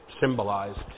symbolized